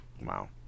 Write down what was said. Wow